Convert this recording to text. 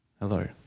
Hello